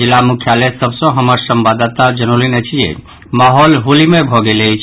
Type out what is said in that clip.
जिला मुख्यालय सभ सँ हमर संवाददाता जनौलनि अछि जे माहौल होलीमय भऽ गेल अछि